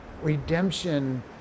redemption